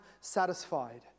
satisfied